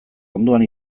ondoan